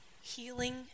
healing